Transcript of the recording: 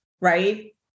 Right